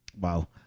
Wow